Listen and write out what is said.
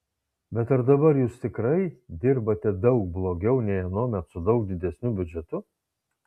bet ar dabar jūs tikrai dirbate daug blogiau nei anuomet su daug didesniu biudžetu